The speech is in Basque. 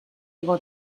igo